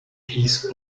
pease